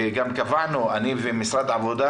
קבעתי עם משרד העבודה,